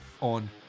on